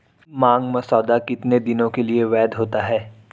मांग मसौदा कितने दिनों के लिए वैध होता है?